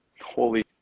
Holy